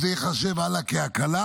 זה ייחשב הלאה כהקלה